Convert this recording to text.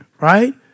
Right